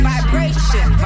Vibration